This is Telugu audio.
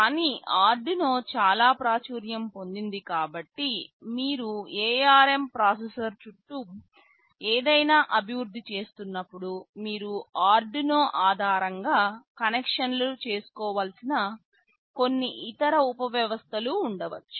కానీ ఆర్డునో చాలా ప్రాచుర్యం పొందింది కాబట్టి మీరు ARM ప్రాసెసర్ చుట్టూ ఏదైనా అభివృద్ధి చేస్తున్నప్పుడు మీరు ఆర్డునో ఆధారంగా కనెక్షన్లు చేసుకోవలసిన కొన్ని ఇతర ఉపవ్యవస్థలు ఉండవచ్చు